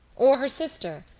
or her sister,